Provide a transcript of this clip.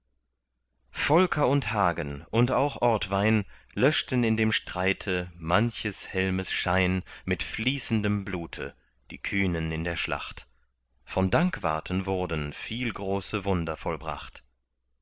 volker und hagen und auch ortwein löschten in dem streite manches helmes schein mit fließendem blute die kühnen in der schlacht von dankwarten wurden viel große wunder vollbracht